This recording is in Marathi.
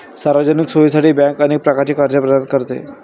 सार्वजनिक सोयीसाठी बँक अनेक प्रकारचे कर्ज प्रदान करते